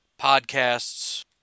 podcasts